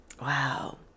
Wow